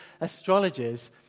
astrologers